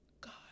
God